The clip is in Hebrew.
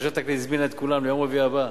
החשבת הכללית הזמינה את כולם ליום רביעי הבא,